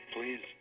Please